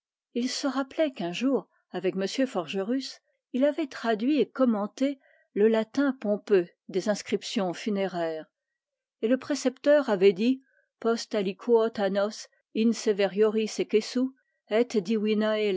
il se rappelait qu'un jour avec m forgerus il avait traduit et commenté le latin pompeux des inscriptions funéraires et le précepteur avait dit post aliquot annos in